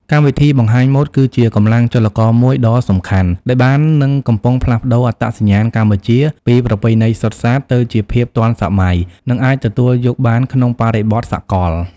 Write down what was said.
កម្មវិធីបង្ហាញម៉ូដគឺជាកម្លាំងចលករមួយដ៏សំខាន់ដែលបាននឹងកំពុងផ្លាស់ប្តូរអត្តសញ្ញាណកម្ពុជាពីប្រពៃណីសុទ្ធសាធ ទៅជាភាពទាន់សម័យ និងអាចទទួលយកបានក្នុងបរិបទសកល។